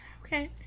Okay